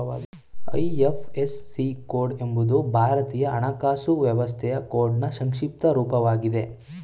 IFSC code ಎಂಬುದು ಭಾರತೀಯ ಹಣಕಾಸು ವ್ಯವಸ್ಥೆಯ ಕೋಡ್ನ್ ಸಂಕ್ಷಿಪ್ತ ರೂಪವಾಗಿದೆ